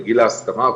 בגיל ההסכמה,